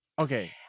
Okay